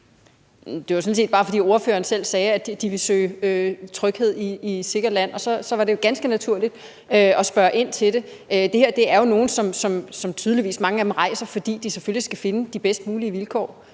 Det var sådan set bare, fordi ordføreren selv sagde, at de vil søge tryghed i et sikkert land, og så var det jo ganske naturligt at spørge ind til det. Tydeligvis rejser mange af dem, fordi de selvfølgelig skal finde de bedst mulige vilkår.